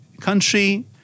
country